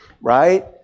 Right